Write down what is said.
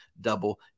double